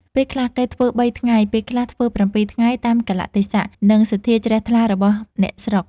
ពេលខ្លះ គេធ្វើ ៣ ថ្ងៃ ពេលខ្លះធ្វើ ៧ ថ្ងៃ តាមកាលៈទេសៈ និងសទ្ធាជ្រះថ្លារបស់អ្នកស្រុក ។